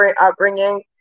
upbringing